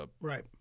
Right